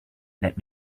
let